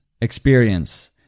experience